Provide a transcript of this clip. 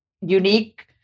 unique